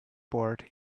board